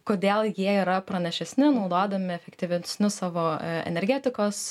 kodėl jie yra pranašesni naudodami efektyvesnius savo energetikos